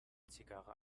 zigarre